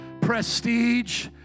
prestige